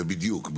זה בדיוק,